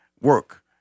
work